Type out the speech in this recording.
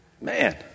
Man